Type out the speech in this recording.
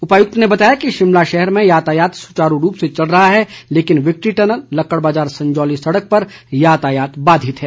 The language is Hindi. उपायुक्त ने बताया कि शिमला शहर में यातायात सुचारू रूप से चल रहा है लेकिन विक्ट्री टनल लक्कड़ बाज़ार संजौली सड़क पर यातायात बाधित है